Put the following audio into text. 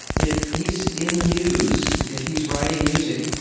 if he is in the muse, if he is writing music,